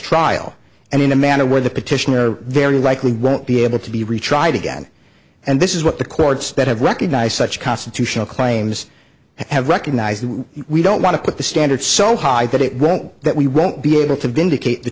trial and in a manner where the petitioner very likely won't be able to be retried again and this is what the courts that have recognized such constitutional claims have recognized we don't want to put the standards so high that it won't that we won't be able to vindicate the